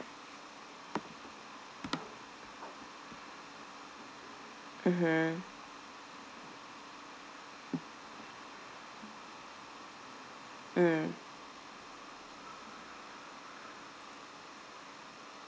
mmhmm mm